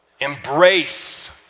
embrace